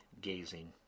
gazing